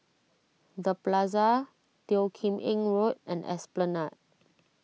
the Plaza Teo Kim Eng Road and Esplanade